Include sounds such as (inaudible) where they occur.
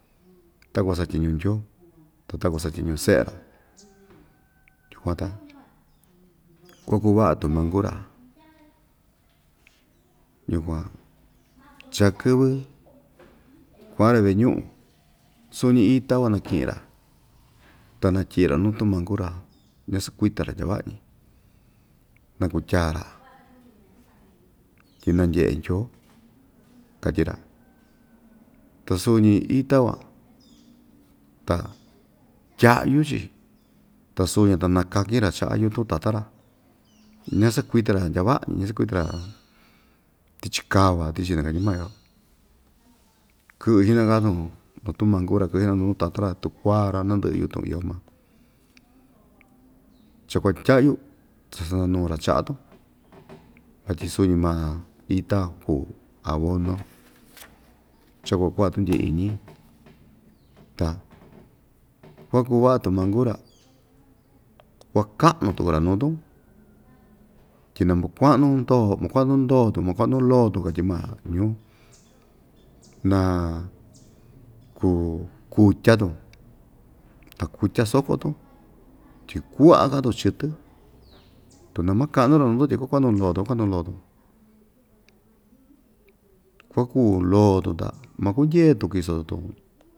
takuan satyiñu ndyoo ta takuan satyiñu se'e‑ra yukuan ta kuakuu va'a tumanku‑ra yukuan chaa kɨvɨ kua'an‑ra ve'e ñu'un suu‑ñi ita van naki'in‑ra ta natyi'i‑ra nu tumaku‑ra ñasakuita‑ra ndyava'a‑ñi nakutyaa‑ra tyi nandye'e ndyoo katyi‑ra ta suñi ita van ta tya'yu‑chi ta suñi ta nakakin‑ra cha'a yutun tata‑ra ñasakuita‑ra ndyava'a‑ñi ñasakuita‑ra tichi kava tichi nakatyi maa‑yo kɨ'ɨ xi'naka‑tun nu tumanku‑ra kɨ'ɨ xi'naka‑tun nu tatan‑ra tukua‑ra nandɨ'ɨ yutun iyo maa chakuatya'yu cha sananu‑ra cha'a‑tun vatyi suñi maa ita kuu abono cha‑kuaku'a tundye iñi ta kuakuu va'a tumanku‑ra kuaka'nu tuku‑ra nuu‑tun tyi namakua'nu ndo makua'nu ndo‑tun makua'nu loo‑tun katyi maa ñuu na kuu kutya‑tun ta kutya sokó‑tun tyi ku'aka‑tun chɨtɨ tu namaka'ndɨ (unintelligible) kuakua'nu loo‑tun kua'nu loo‑tun kuakuu loo‑tun ta makundyee‑tun kiso‑tun.